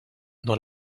dans